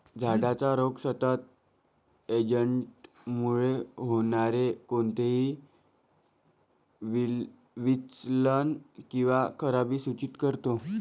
झाडाचा रोग सतत एजंटमुळे होणारे कोणतेही विचलन किंवा खराबी सूचित करतो